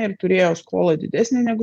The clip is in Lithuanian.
ir turėjo skolą didesnę negu